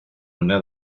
una